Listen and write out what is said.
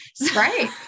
right